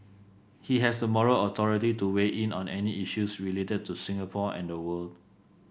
he has the moral authority to weigh in on any issues related to Singapore and the world